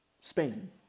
Spain